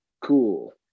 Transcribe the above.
cool